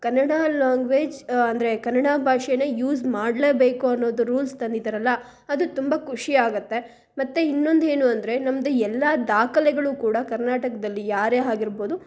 Kannada language ಅಂದರೆ ಕನ್ನಡ ಭಾಷೆಯ use ಮಾಡಲೇಬೇಕು ಅನ್ನೋದು ರೂಲ್ಸ್ ತಂದಿದ್ದಾರಲ್ಲ ಅದು ತುಂಬ ಖುಷಿ ಆಗುತ್ತೆ ಮತ್ತು ಇನ್ನೊಂದ್ ಏನು ಅಂದರೆ ನಮ್ದು ಎಲ್ಲ ದಾಖಲೆಗಳು ಕೂಡ ಕರ್ನಾಟಕದಲ್ಲಿ ಯಾರೇ ಆಗಿರ್ಬೋದು